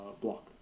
block